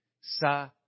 Sa